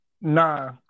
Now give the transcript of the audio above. Nah